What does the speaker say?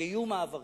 והרי יהיו מעברים,